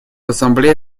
ассамблея